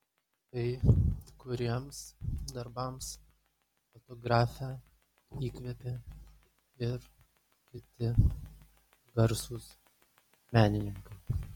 kai kuriems darbams fotografę įkvėpė ir kiti garsūs menininkai